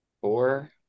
Four